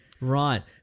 right